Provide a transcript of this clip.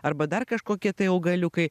arba dar kažkokie tai augaliukai